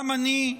גם אני,